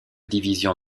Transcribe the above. division